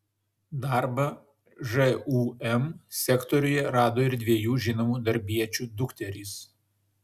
darbą žūm sektoriuje rado ir dviejų žinomų darbiečių dukterys